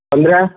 पंधरा